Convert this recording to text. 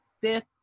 fifth